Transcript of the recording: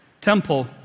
temple